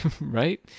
Right